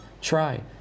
try